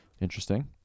Interesting